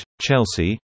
Chelsea